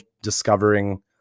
discovering